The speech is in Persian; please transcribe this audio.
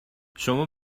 شما